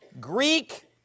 Greek